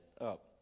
up